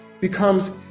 becomes